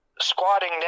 squatting